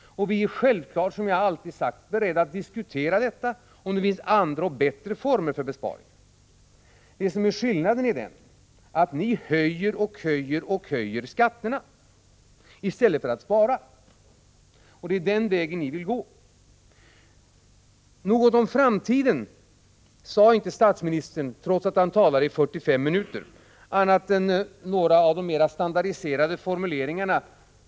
Vi är självfallet beredda, som jag alltid har sagt, att diskutera detta, om det finns andra och bättre former för besparingar. Skillnaden mellan våra förslag är att ni höjer och höjer skatterna i stället för att spara. Det är den vägen ni vill gå. Statsministern sade inte någonting om framtiden, trots att han talade i 45 minuter, annat än några av de mera standardiserade formuleringarna.